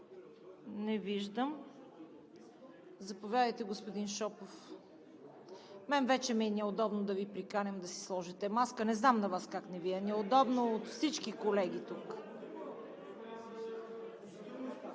Не виждам. Заповядайте, господин Шопов. На мен вече ми е неудобно да Ви приканям да си сложите маска. Не знам на Вас как не Ви е неудобно от всички колеги тук.